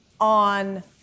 on